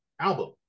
album